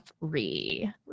re